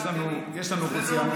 יש לנו אוכלוסייה מגוונת.